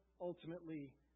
ultimately